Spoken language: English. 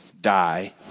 die